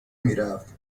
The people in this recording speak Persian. میرفت